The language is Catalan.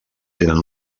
tenen